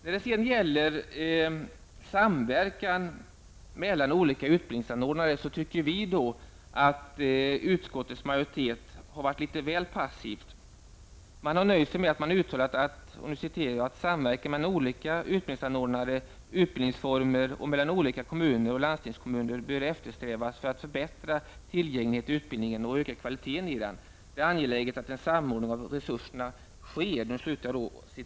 Då det sedan gäller samverkan mellan olika utbildningsanordnare tycker vi att utskottsmajoriteten varit litet väl passiv. Man har nöjt sig med att uttala att ''samverkan mellan olika utbildningsanordnare, utbildningsformer och mellan olika kommer och landstingskommuner bör eftersträvas för att förbättra tillgängligheten i utbildningen och öka kvaliteten i den. Det är angeläget att en samordning av resurserna sker.''